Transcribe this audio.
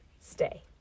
stay